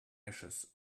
ashes